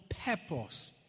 purpose